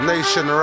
Nation